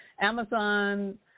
Amazon